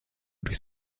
durch